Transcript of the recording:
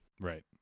Right